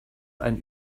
einen